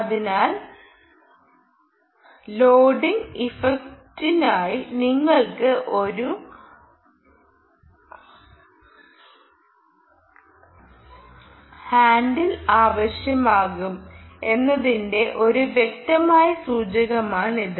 അതിനാൽ ലോഡിംഗ് ഇഫക്റ്റിനായി നിങ്ങൾക്ക് ഒരു ഹാൻഡിൽ ആവശ്യമാകും എന്നതിന്റെ ഒരു വ്യക്തമായ സൂചകമാണിത്